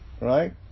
right